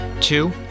Two